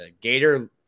Gator